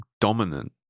dominant